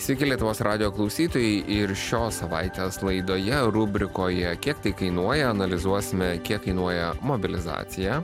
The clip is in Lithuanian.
sveiki lietuvos radijo klausytojai ir šios savaitės laidoje rubrikoje kiek tai kainuoja analizuosime kiek kainuoja mobilizacija